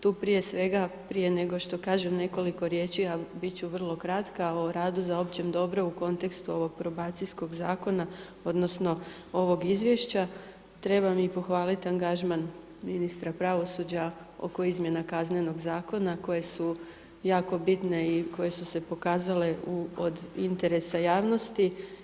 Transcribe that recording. Tu prije svega, prije nego što kažem nekoliko riječi a biti ću vrlo kratka o radu za opće dobro u kontekstu ovog probacijskog zakona, odnosno ovog izvješća, trebam i pohvaliti angažman ministra pravosuđa oko izmjena Kaznenog zakona koje su jako bitne i koje su se pokazale u od interesa javnosti.